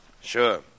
Sure